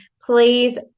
please